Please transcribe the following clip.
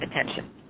attention